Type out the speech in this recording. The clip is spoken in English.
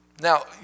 Now